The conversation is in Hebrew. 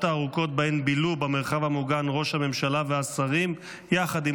הארוכות שבהן בילו במרחב המוגן ראש הממשלה והשרים יחד עם